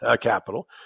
capital